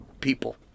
people